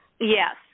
yes